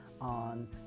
on